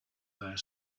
their